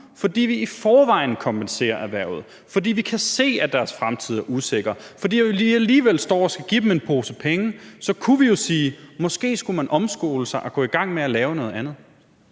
fordi vi i forvejen kompenserer erhvervet, fordi vi kan se, at deres fremtid er usikker, fordi vi alligevel står og skal give dem en pose penge. Så kunne vi jo sige, at man måske skulle omskole sig og gå i gang med at lave noget andet.